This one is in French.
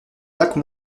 jacques